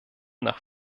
nach